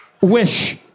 wish